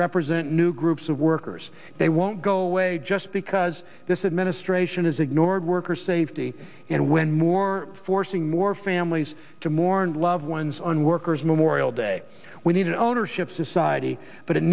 represent new groups of workers they won't go away just because this administration has ignored worker safety and went more forcing more families to mourn loved ones on workers memorial day we need ownership society but it